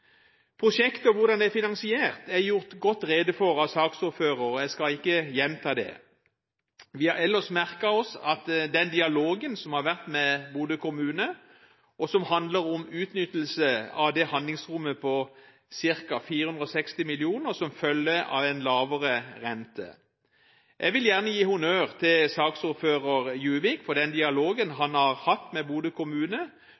Prosjektet og hvordan det er finansiert, er gjort godt rede for av saksordføreren, og jeg skal ikke gjenta det. Vi har ellers merket oss den dialogen som har vært med Bodø kommune, og som handler om utnyttelse av handlingsrommet på ca. 460 mill. kr, som følge av en lavere rente. Jeg vil gjerne gi honnør til saksordføreren, Juvik, for den dialogen